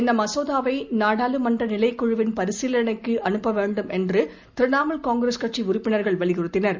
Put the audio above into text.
இந்த மசோதாவை நாடாளுமன்ற நிலைக்குழுவின் பரிசீலனைக்கு அனுப்ப வேண்டும் என்று திரிணாமூல் கட்சி உறுப்பினர்கள் வலியுறுத்தினர்